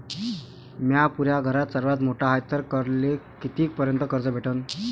म्या पुऱ्या घरात सर्वांत मोठा हाय तर मले किती पर्यंत कर्ज भेटन?